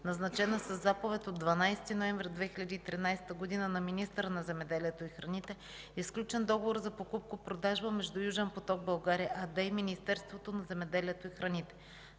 назначена със Заповед от 12 ноември 2013 г. на министъра на земеделието и храните, е сключен договор за покупко-продажба между „Южен поток България” АД и Министерството на земеделието и храните.